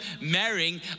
marrying